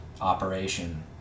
operation